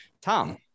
Tom